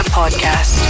podcast